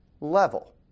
level